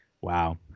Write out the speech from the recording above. Wow